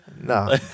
No